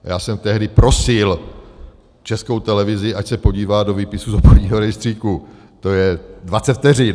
Já jsem tehdy prosil Českou televizi, ať se podívá do výpisu z obchodního rejstříku to je dvacet vteřin.